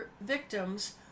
victims